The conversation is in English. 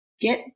get